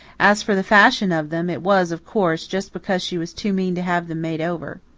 as for the fashion of them, it was, of course, just because she was too mean to have them made over.